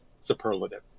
superlative